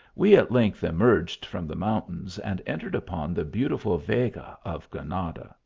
we at length emerged from the mountains, and entered upon the beautiful vega of granada.